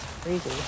crazy